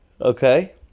Okay